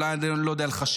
אולי אני לא יודע לחשב,